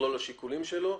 במכלול השיקולים שלו,